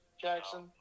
Jackson